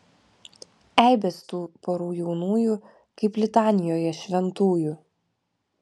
eibės tų porų jaunųjų kaip litanijoje šventųjų